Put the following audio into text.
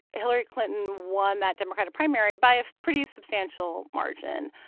hillary clinton won that democratic primary by a pretty substantial margin.